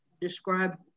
describe